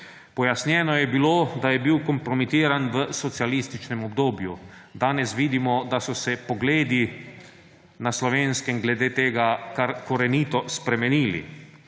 Pojasnjeno je bilo, da je bil kompromitiran v socialističnem obdobju. Danes vidimo, da so se pogledi na Slovenskem glede tega kar korenito spremenili.